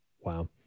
Wow